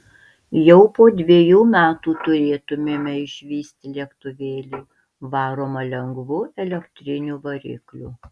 jau po dviejų metų turėtumėme išvysti lėktuvėlį varomą lengvu elektriniu varikliu